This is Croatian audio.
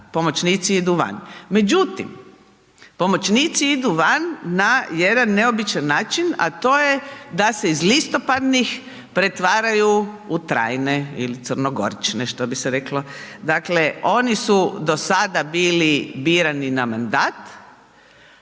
pomoćnici idu van. Međutim, pomoćnici idu van na jedan neobičan način, a to je da se iz listopadnih pretvaraju u trajne ili crnogorične, što bi se reklo. Dakle, oni su do sada bili birani na mandat,